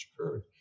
occurred